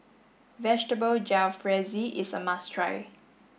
Vegetable Jalfrezi is a must try